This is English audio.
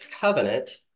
covenant